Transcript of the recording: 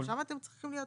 גם שם אתם צריכים להיות?